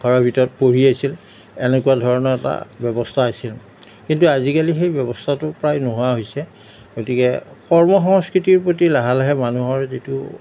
ঘৰৰ ভিতৰত পঢ়ি আছিল এনেকুৱা ধৰণৰ এটা ব্যৱস্থা আছিল কিন্তু আজিকালি সেই ব্যৱস্থাটো প্ৰায় নোহোৱা হৈছে গতিকে কৰ্ম সংস্কৃতিৰ প্ৰতি লাহে লাহে মানুহৰ যিটো